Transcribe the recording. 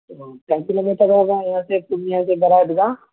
کے kilometre ہوگا یہاں سے پورنیہ سے بڑا عید گاہ